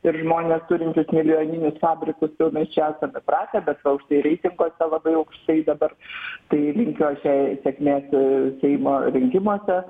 ir žmonės turintys milijoninius fabrikus jau mes čia esam įpratę bet vat užtat reitinguose labai aukštai dabar tai linkiu aš jai sėkmės seimo rinkimuose